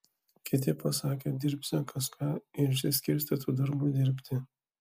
kiti pasakė dirbsią kas ką ir išsiskirstė tų darbų dirbti